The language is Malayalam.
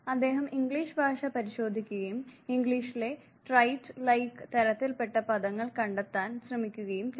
അദ്ദേഹം ഇംഗ്ലീഷ് ഭാഷ പരിശോധിക്കുകയും ഇംഗ്ലീഷിലെ ട്രൈറ്റ് ലൈക്ക് തരത്തിൽ പെട്ട പദങ്ങൾ കണ്ടെത്താൻ ശ്രമിക്കുകയും ചെയ്തു